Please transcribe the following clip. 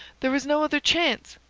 there was no other chance!